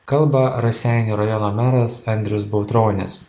kalba raseinių rajono meras andrius baltronis